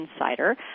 Insider